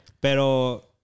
Pero